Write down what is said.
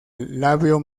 labio